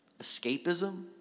Escapism